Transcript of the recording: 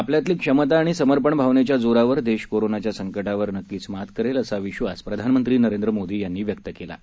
आपल्यातली क्षमता आणि समर्पण भावनेच्या जोरावर देश कोरोनाच्या संकटावर नक्कीच मात करेल असा विश्वास प्रधानमंत्री नरेंद्र मोदी यांनी व्यक्त केला आहे